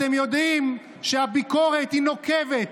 אתם יודעים שהביקורת היא נוקבת,